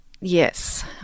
Yes